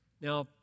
Now